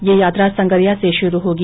ये यात्रा संगरिया से शुरू होगी